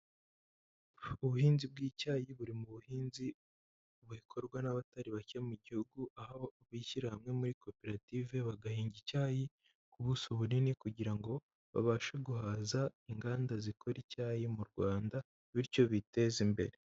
Ubuhinzi bw'icyayi buri mu buhinzi bukorwa n'abatari bake mu gihugu, aho bishyira hamwe muri koperative bagahinga icyayi k'ubuso bunini kugira ngo babashe guhaza inganda zikora icyayi mu Rwanda, bityo biteze imbere.